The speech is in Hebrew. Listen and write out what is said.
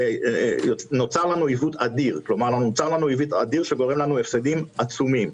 נוצר עיוות אדיר, שגורם לנו הפסדים עצומים.